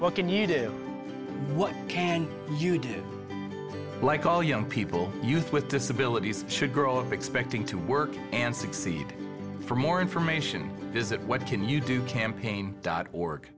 what can you do what can you do like all young people youth with disabilities should grow if expecting to work and succeed for more information visit what can you do campaign dot org